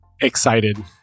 excited